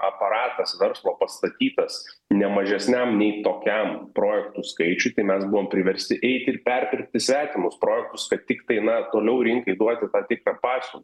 aparatas verslo pastatytas ne mažesniam nei tokiam projektų skaičiui tai mes buvom priversti eiti ir perpirkti svetimus projektus kad tiktai na toliau rinkai duoti tą tikrą pasiūlą